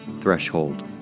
Threshold